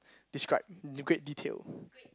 describe in great detail